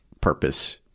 purpose